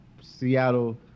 Seattle